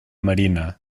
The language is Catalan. marina